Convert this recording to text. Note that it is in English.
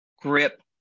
grip